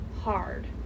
hard